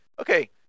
okay